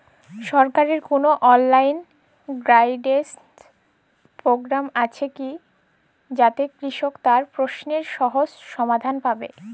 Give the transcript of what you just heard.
সরকারের কোনো online guidance programme আছে কি যাতে কৃষক তার প্রশ্নের সহজ সমাধান পাবে?